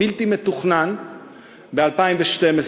בלתי מתוכנן ב-2012,